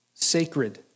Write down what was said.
Sacred